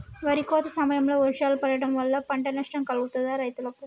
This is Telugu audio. వరి కోత సమయంలో వర్షాలు పడటం వల్ల పంట నష్టం కలుగుతదా రైతులకు?